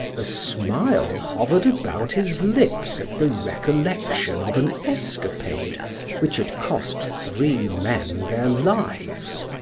a smile hovered about his lips at the recollection of an escapade which had cost three men their lives,